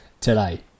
today